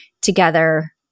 together